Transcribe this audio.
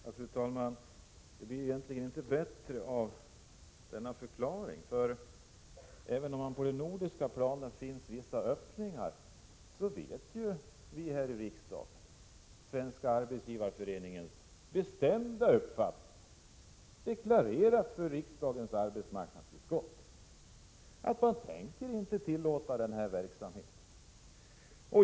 Fru talman! Det hela blir egentligen inte bättre av denna förklaring. Även om det på det nordiska planet finns vissa öppningar, vet vi ju här i riksdagen — efter den deklaration som har gjorts inför arbetsmarknadsutskottet — att Svenska arbetsgivareföreningens bestämda ståndpunkt är att man inte tänker tillåta den här verksamheten.